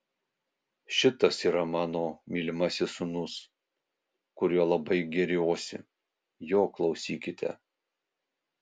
šitas yra mano mylimasis sūnus kuriuo labai gėriuosi jo klausykite